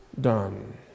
done